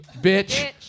Bitch